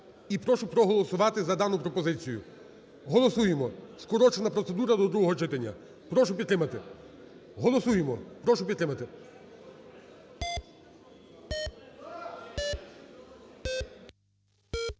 і прошу проголосувати за дану пропозицію. Голосуємо, скорочена процедура до другого читання. Прошу підтримати. Голосуємо. Прошу підтримати.